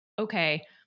Okay